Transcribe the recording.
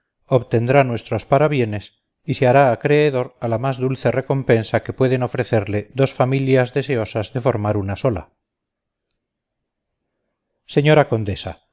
obtendrá nuestros parabienes y se hará acreedor a la más dulce recompensa que pueden ofrecerle dos familias deseosas de formar una sola señora condesa